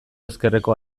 ezkerreko